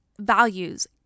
Values